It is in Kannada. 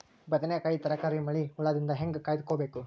ಬದನೆಕಾಯಿ ತರಕಾರಿ ಮಳಿ ಹುಳಾದಿಂದ ಹೇಂಗ ಕಾಯ್ದುಕೊಬೇಕು?